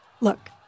Look